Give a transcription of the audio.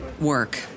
work